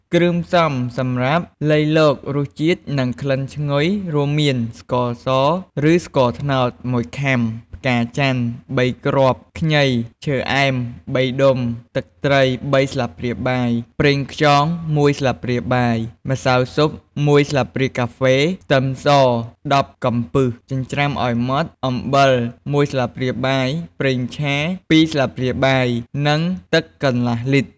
គ្រឿងផ្សំសម្រាប់លៃលករសជាតិ និងក្លិនឈ្ងុយរួមមាន ស្ករស ឬស្ករត្នោត១ ខាំ ផ្កាចន្ទន៍ ៣ គ្រាប់ ខ្ញី ឈើអែម ៣ ដុំ ទឹកត្រី ៣ ស្លាបព្រាបាយ ប្រេងខ្យង ១ ស្លាបព្រាបាយ ម្សៅស៊ុប ១ ស្លាបព្រាកាហ្វេ ខ្ទឹមស ១០ កំពឹស ចិញ្ច្រាំឱ្យម៉ដ្ឋ អំបិល ១ ស្លាបព្រាបាយ ប្រេងឆា ២ ស្លាបព្រាបាយ និង ទឹកកន្លះលីត្រ។